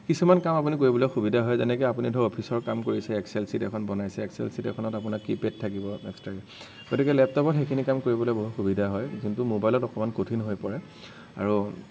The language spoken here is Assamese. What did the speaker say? কিছুমান কাম আপুনি কৰিবলৈ সুবিধা হয় যেনেকৈ আপুনি ধৰক অফিচৰ কাম কৰিছে এক্সেল চিট এখন বনাইছে এক্সেল চিট এখনত আপোনাৰ কীপেড থাকিব এক্সট্ৰাকে গতিকে লেপটপত সেইখিনি কাম কৰিবলৈ বহুত সুবিধা হয় যোনটো মবাইলত অকণমান কঠিন হৈ পৰে আৰু